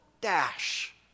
dash